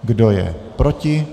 Kdo je proti?